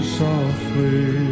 softly